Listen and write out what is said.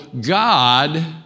God